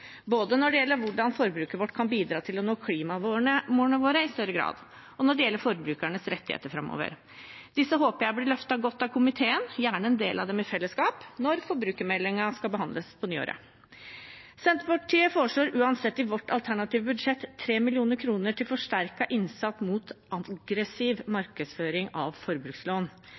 både når det gjelder hvordan forbruket vårt kan bidra til å nå klimamålene våre i større grad, og når det gjelder forbrukernes rettigheter framover. Disse håper jeg blir løftet godt av komiteen, gjerne en del av dem i fellesskap, når forbrukermeldingen skal behandles på nyåret. Senterpartiet foreslår uansett i sitt alternative budsjett 3 mill. kr til forsterket innsats mot aggressiv markedsføring av forbrukslån.